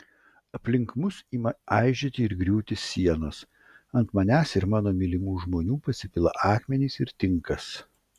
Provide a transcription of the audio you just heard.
aplink mus ima aižėti ir griūti sienos ant manęs ir mano mylimų žmonių pasipila akmenys ir tinkas